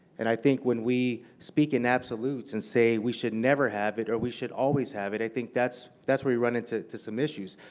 and i think when we speak in absolutes and say we should never have it or we should always have it, i think that's that's where we run into some issues.